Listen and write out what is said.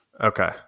Okay